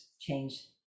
change